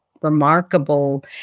remarkable